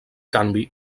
canvi